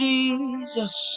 Jesus